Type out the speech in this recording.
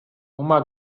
uma